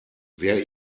wer